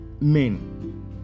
men